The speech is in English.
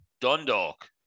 Dundalk